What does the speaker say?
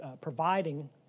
providing